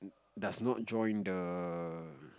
does not join the